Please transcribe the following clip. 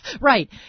Right